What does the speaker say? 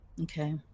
Okay